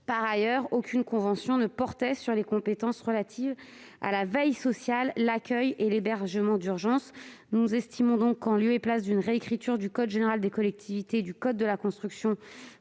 Par ailleurs, aucune convention ne portait sur les compétences relatives à la veille sociale, l'accueil et l'hébergement d'urgence. Nous estimons donc qu'en lieu et place d'une réécriture du code général des collectivités territoriales et du code de la construction